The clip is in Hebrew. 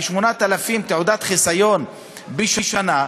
כ-8,000 תעודות חיסיון בשנה,